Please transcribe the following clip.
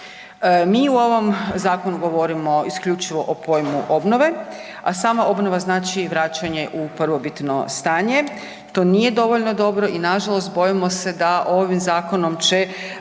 Mi u ovom zakonu govorimo isključivo o pojmu obnove, a sama obnova znači i vraćanje u prvobitno stanje, to nije dovoljno dobro i nažalost bojimo se da ovim zakonom će